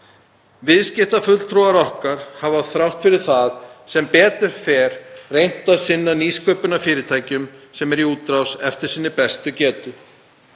Viðskiptafulltrúar okkar hafa þrátt fyrir það sem betur fer reynt að sinna nýsköpunarfyrirtækjum sem eru í útrás eftir sinni bestu getu